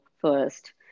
first